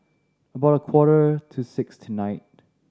about a quarter to six tonight